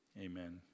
Amen